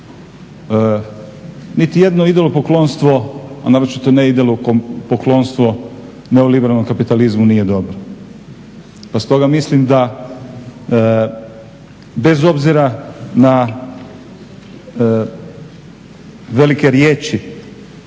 Niti jedno idolopoklonstvo, a naročito ne idolopoklonstvo neoliberalnom kapitalizmu nije dobro. Pa stoga mislim da bez obzira na velike riječi